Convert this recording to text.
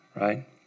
right